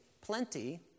plenty